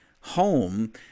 home